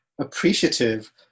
appreciative